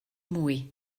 mwy